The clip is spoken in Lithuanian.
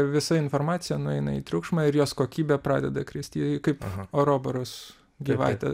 visa informacija nueina į triukšmą ir jos kokybė pradeda kristi kaip oroboros gyvatė